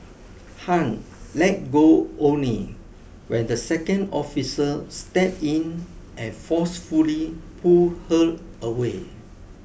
Han let go only when the second officer stepped in and forcefully pulled her away